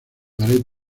pared